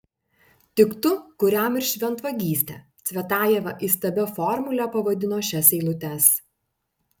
tik tu kuriam ir šventvagystė cvetajeva įstabia formule pavadino šias eilutes